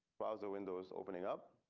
browser windows opening up.